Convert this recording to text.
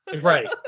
Right